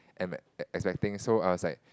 am expecting so I was like